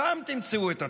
שם תמצאו את התשובה,